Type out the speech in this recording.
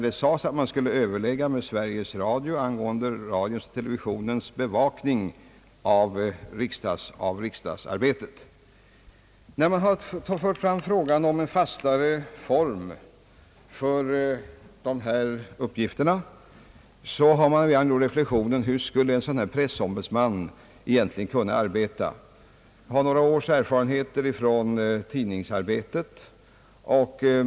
Den skulle överlägga med Sveriges Radio angående radions och televisionens bevakning av riksdagsarbetet. När förslaget om en fastare form för skötsel av dessa uppgifter lades fram, inställde sig den reflexionen: Hur skulle en sådan här pressombudsman egentligen kunna arbeta? Jag har några års erfarenhet från tidningsarbete.